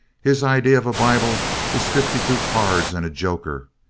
his idea of a bible is fifty-two cards and a joker.